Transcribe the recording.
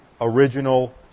original